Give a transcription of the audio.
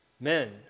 Men